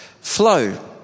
flow